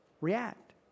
React